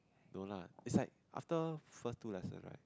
no lah is like after first two lesson right